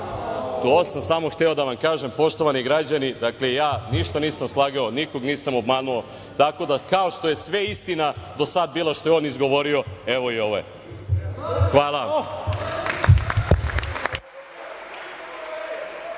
To sam samo hteo da vam kažem, poštovani građani. Dakle, ja ništa nisam slagao, nikoga nisam obmanuo. Tako da, kao što je sve istina do sada bila što je on izgovorio, evo i ovo je. Hvala